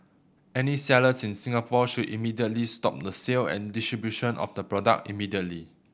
any sellers in Singapore should immediately stop the sale and distribution of the product immediately